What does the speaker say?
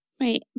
Right